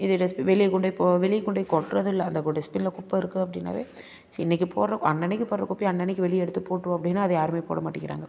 இது வெளியே கொண்டு போய் வெளியே கொண்டு போய் கொட்டுறதில்ல அந்த டஸ்ட்பின்ல குப்பை இருக்கு அப்டின்னா சரி இன்னைக்கு போடுற அன்னன்னைக்கு போடுற குப்பையை அன்னன்னைக்கு வெளியே எடுத்து போட்டுடுவோம் அப்படின்னா அதை யாரும் போட மாட்டேங்கிறாங்க